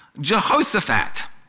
Jehoshaphat